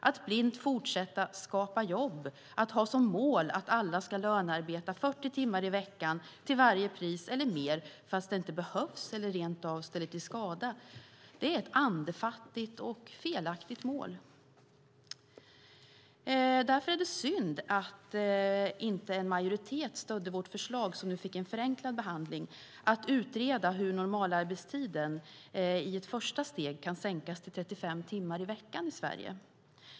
Att blint fortsätta skapa jobb och att ha som mål att alla ska lönearbeta 40 timmar i veckan, till varje pris, eller mer fast det inte behövs eller rent av ställer till skada är andefattigt och felaktigt. Därför är det synd att inte en majoritet stödde vårt förslag, som nu fick en förenklad behandling, om att utreda hur normalarbetstiden i ett första steg kan sänkas till 35 timmar i veckan i Sverige.